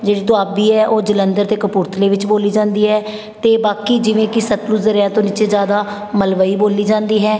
ਜਿਹੜੀ ਦੁਆਬੀ ਹੈ ਉਹ ਜਲੰਧਰ ਅਤੇ ਕਪੂਰਥਲੇ ਵਿਚ ਬੋਲੀ ਜਾਂਦੀ ਹੈ ਅਤੇ ਬਾਕੀ ਜਿਵੇਂ ਕਿ ਸਤਲੁਜ ਦਰਿਆ ਤੋਂ ਨੀਚੇ ਜ਼ਿਆਦਾ ਮਲਵਈ ਬੋਲੀ ਜਾਂਦੀ ਹੈ